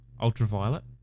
ultraviolet